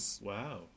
Wow